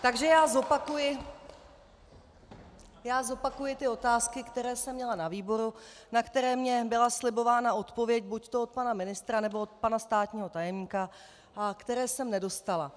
Takže já zopakuji ty otázky, které jsem měla na výboru, na které mi byla slibována odpověď buďto od pana ministra, nebo od pana státního tajemníka a které jsem nedostala.